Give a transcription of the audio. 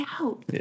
out